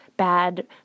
bad